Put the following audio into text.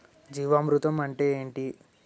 జీవామృతం అంటే ఏంటి?